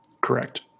correct